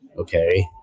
okay